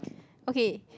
okay